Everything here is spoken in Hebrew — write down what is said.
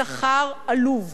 שכר עלוב,